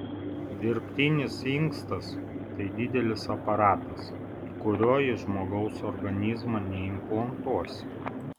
dirbtinis inkstas tai didelis aparatas kurio į žmogaus organizmą neimplantuosi